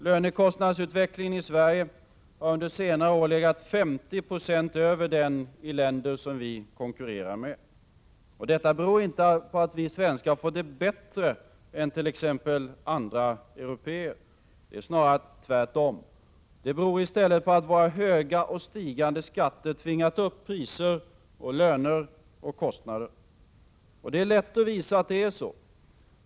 Lönekostnadsutvecklingen i Sverige har under senare år legat 50 96 över den i de länder som vi konkurrerar med. Detta beror inte på att vi svenskar fått det bättre än t.ex. andra européer. Det är snarare tvärtom. Det beror i stället på att våra höga och stigande skatter tvingat upp priser, löner och kostnader. Det är lätt att visa att det är så.